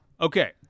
Okay